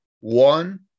One